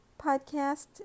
podcast